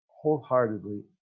wholeheartedly